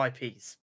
IPs